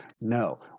No